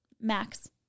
max